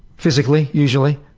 physically, usually.